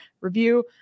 review